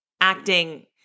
acting